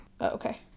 Okay